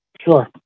Sure